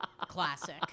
classic